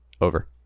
over